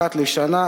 אחת לשנה,